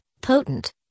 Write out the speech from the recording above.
potent